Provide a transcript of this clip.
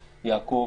יעקב,